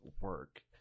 work